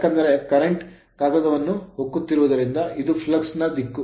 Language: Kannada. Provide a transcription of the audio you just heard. ಏಕೆಂದರೆ current ಕರೆಂಟ್ ಕಾಗದವನ್ನು ಹೋಕ್ಕುತ್ತಿರುವುದರಿಂದ ಇದು flux ಫ್ಲಕ್ಸ್ ನ ದಿಕ್ಕು